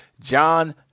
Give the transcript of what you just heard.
John